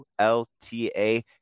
ulta